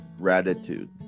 gratitude